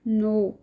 ਨੌਂ